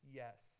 yes